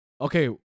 okay